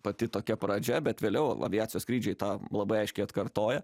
pati tokia pradžia bet vėliau aviacijos skrydžiai tą labai aiškiai atkartoja